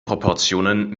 proportionen